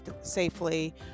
safely